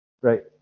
right